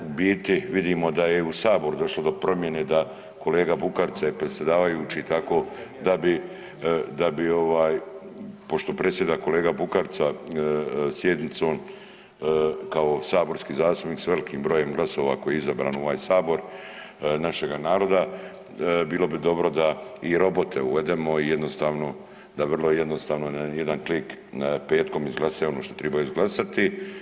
U biti vidimo da je u Saboru došlo do promjene, da kolega Bukarica je predsjedavajući tako da bi pošto predsjeda kolega Bukarica sjednicom kao saborski zastupnik sa velikim brojem glasova koji je izabran u ovaj Sabor, našega naroda, bilo bi dobro da i robote uvedemo da vrlo jednostavno na jedan klik petkom izglasuju ono što tribaju izglasati.